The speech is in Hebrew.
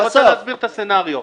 שנייה, אני רוצה להסביר את הסצנריו.